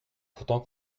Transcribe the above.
pourtant